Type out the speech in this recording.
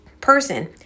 person